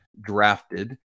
drafted